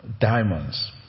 diamonds